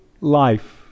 life